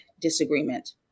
disagreement